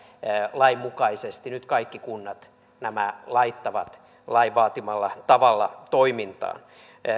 lain mukaisesti nyt kaikki kunnat nämä laittavat lain vaatimalla tavalla toimintaan